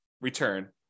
return